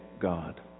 God